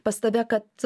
pas tave kad